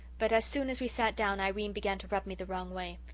but as soon as we sat down irene began to rub me the wrong way.